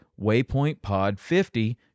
waypointpod50